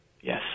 Yes